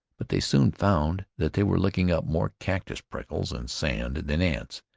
but they soon found that they were licking up more cactus-prickles and sand than ants,